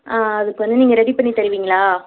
ஆ அதுக்கு வந்து நீங்கள் ரெடி பண்ணி தருவீங்களா